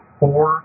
four